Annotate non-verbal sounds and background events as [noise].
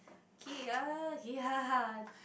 okay err [laughs]